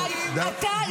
--- די, הסבלנות שלי פקעה.